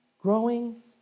growing